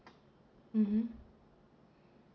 mmhmm